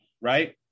right